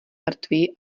mrtvý